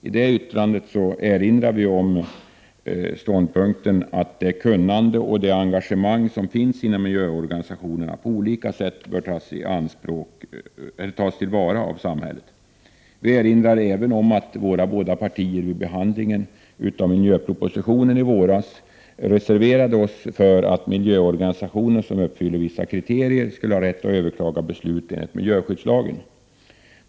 I detta yttrande erinrar vi om ståndpunkten att det kunnande och det engagemang som finns inom miljöorganisationerna på olika sätt bör tas till vara av samhället. Vi erinrar även om att våra båda partier vid behandlingen av miljöpropositionen i våras reserverade sig för att miljöorganisationer som uppfyller vissa kriterier skulle ha rätt att överklaga beslut enligt miljöskyddslagen.